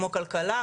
כמו כלכלה,